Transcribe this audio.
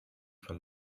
for